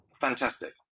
Fantastic